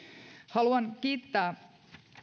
haluan kiittää